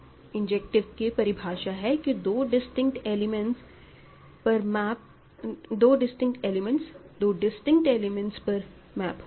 injective की परिभाषा है कि दो डिस्टिंक्ट एलिमेंट्स दो डिस्टिंक्ट एलिमेंट्स पर मैप होते हैं